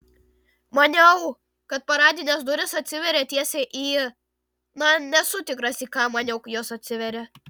maniau kad paradinės durys atsiveria teisiai į na nesu tikras į ką maniau jos atsiveria